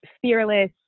fearless